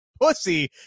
pussy